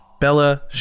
Bella